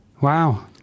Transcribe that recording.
wow